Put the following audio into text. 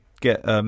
get